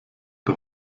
der